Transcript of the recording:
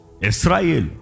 Israel